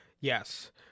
Yes